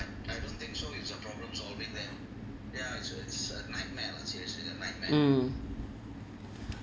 mm